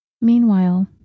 Meanwhile